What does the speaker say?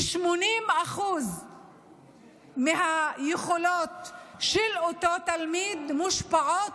80% מהיכולות של אותו תלמיד מושפעות